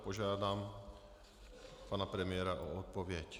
Požádám pana premiéra o odpověď.